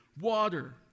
water